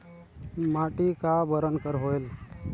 माटी का बरन कर होयल?